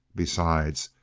besides,